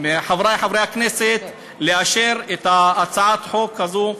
מחברי חברי הכנסת לאשר את הצעת החוק הזו.